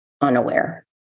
unaware